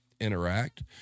interact